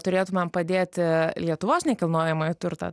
turėtumėm padėti lietuvos nekilnojamąjį turtą